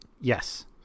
Yes